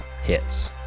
Hits